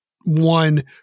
one